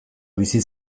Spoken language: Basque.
bizi